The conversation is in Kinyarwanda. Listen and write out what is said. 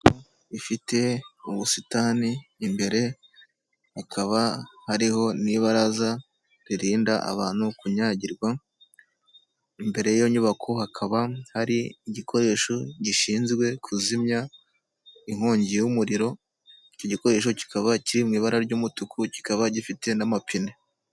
Ifite ubusitani imbere hakaba hariho n'ibaraza ririnda abantu kunyagirwa, imbere y'iyo nyubako hakaba hari igikoresho gishinzwe kuzimya inkongi y'umuriro, icyo gikoresho kikaba kiri mu ibara ry'umutuku kikaba gifite n'amapine.